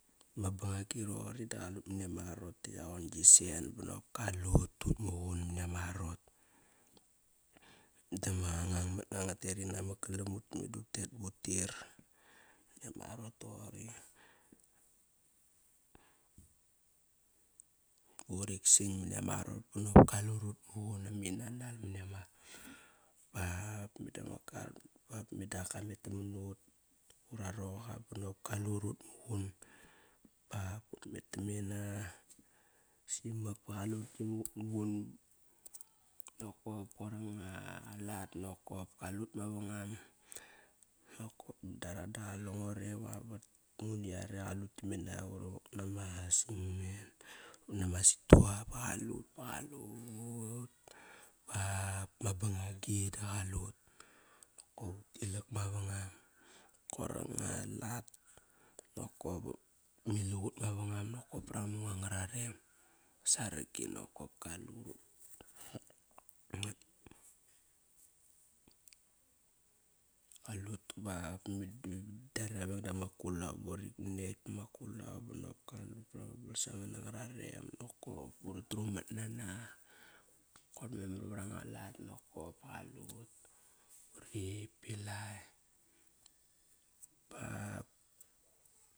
Ma bangagi roqori da qalut mani ama arot. Ma yaqon gi sen banakop kalut ut muqun mani ama arot. Dama ngang mat nga nga tet, namok galam ut meda utet bu tair mani ama arot toqori. Urik san mani ama arot ba nokop kalut ut muqun ma mi nanal mani ama arot. Ba meda ma kar, ba meda ak kamet na man ut ura roqa banokop kalut utmuqun ba but met tam mena simak ba qalut kimak ut muqun nokop. Koir anga lat nokop. Kalut mavangam. Nokop madara da qalengo re vavat, nguna yare qalut ki mena uri wok na ma simen vanani ama situa ba qalut ba qalut bap bama bangagi dap qalut nokop ut ti lak mavangam. Koir anga lat. Nokop ma ilak ut mavangam nokop par ma mung ango rarem, vat saragi nokop. Kaliut kaliut bap meda tiare ra veng dama kulao buri nekt pama kulao banop. Kaliut parama lamas anga rarem nokop. Uri trumat nana koir memar var anga lat nakop, qalut uri pilai ba.